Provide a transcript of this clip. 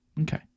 Okay